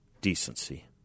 decency